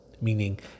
Meaning